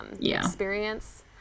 experience